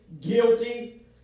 guilty